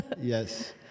Yes